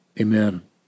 Amen